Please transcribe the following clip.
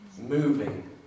moving